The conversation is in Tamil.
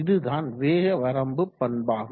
இதுதான் வேக வரம்பு பண்பாகும்